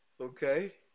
Okay